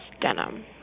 denim